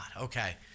Okay